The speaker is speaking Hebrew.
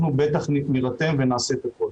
אנחנו בטח נירתם ונעשה את הכול.